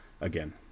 again